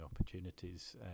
opportunities